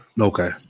Okay